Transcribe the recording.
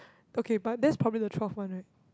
okay but that's probably the twelve one right